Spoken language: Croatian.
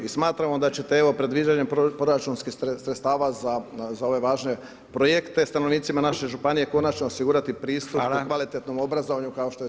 I smatramo da ćete, evo, predviđanjem proračunskih sredstava za ove važne projekte, stanovnicima naše županije, konačno osigurati pristup [[Upadica: Hvala]] kvalitetnom obrazovanju, kao što je to…